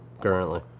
Currently